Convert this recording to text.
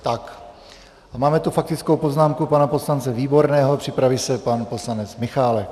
A máme tu faktickou poznámku pana poslance Výborného, připraví se pan poslanec Michálek.